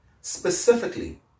specifically